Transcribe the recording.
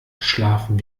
geschlafen